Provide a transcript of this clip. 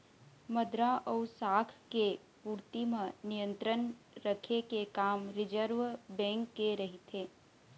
मद्रा अउ शाख के पूरति म नियंत्रन रखे के काम रिर्जव बेंक के रहिथे